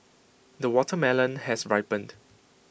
the watermelon has ripened